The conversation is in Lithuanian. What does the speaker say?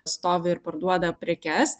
stovi ir parduoda prekes